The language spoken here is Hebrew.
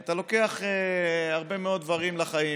אתה לוקח הרבה מאוד דברים לחיים.